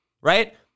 right